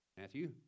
Matthew